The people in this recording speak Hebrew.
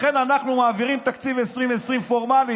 לכן אנחנו מעבירים תקציב 2020 פורמלית,